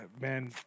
man